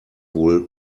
wohl